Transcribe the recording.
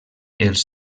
els